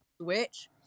switch